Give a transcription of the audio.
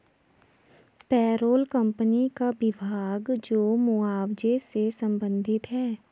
payroll company का विभाग जो मुआवजे से संबंधित है